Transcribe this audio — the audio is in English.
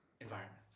environments